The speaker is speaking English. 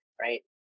right